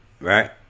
Right